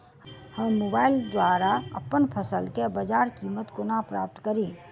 हम मोबाइल द्वारा अप्पन फसल केँ बजार कीमत कोना प्राप्त कड़ी?